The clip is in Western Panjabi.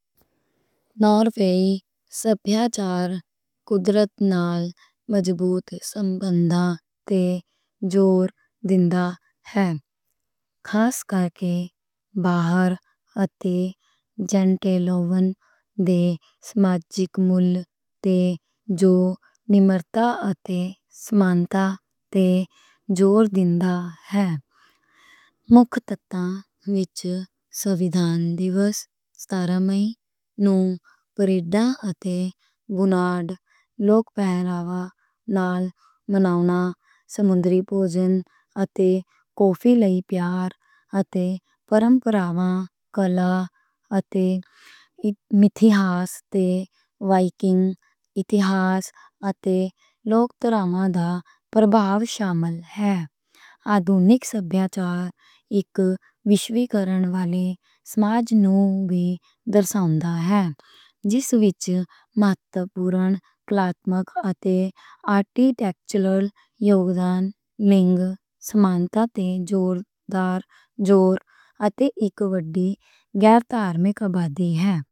ناروےئی ثقافت قدرت نال مضبوط تعلقات تے زور دیندا ہے۔ خاص کر کے باہر اتے یانتے لوون دے سماجک مُل تے جو نمرتا اتے سمانتا تے زور دیندا ہے۔ مکھ تتّاں وچ سترہ مئی نوں پریڈاں اتے فلیگ، اتے بُناد لوک پہناوا نال مناؤنا، سمندری پوجن اتے کافی لئی پیار، اتے روایتاں، کلا اتے اتہاس شامل نیں۔ وایکنگ اتہاس اتے لوک کتھاؤں دا پرابھاوش شامل ہے۔ آدھونک ثقافت اک وشوی کرن والے سماج نوں وی درساوندا ہے جس وچ مہتوپورن کلاتمک اتے آرٹی ٹیکچرل یوگدان، لِنگ سمانتا تے زوردار زور، اتے اک وڈی غیر دھارمک آبادی ہے۔